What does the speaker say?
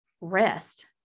rest